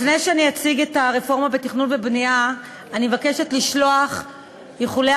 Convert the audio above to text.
לפני שאני אציג את הרפורמה בתכנון ובנייה אני מבקשת לשלוח איחולי